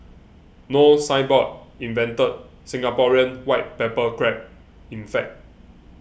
No Signboard invented Singaporean white pepper crab in fact